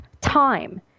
time